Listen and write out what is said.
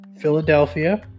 Philadelphia